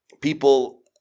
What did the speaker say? people